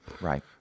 right